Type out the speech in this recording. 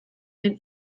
den